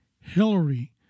Hillary